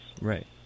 Right